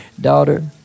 Daughter